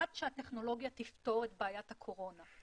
אחת שהטכנולוגיה תפתור את בעיית הקורונה.